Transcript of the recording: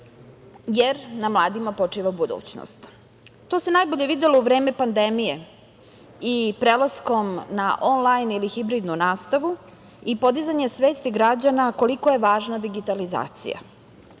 jer na mladima počiva budućnost. To se najbolje videlo u vreme pandemije i prelaskom na onlajn ili hibridnu nastavu i podizanje svesti građana koliko je važna digitalizacija.